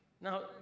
Now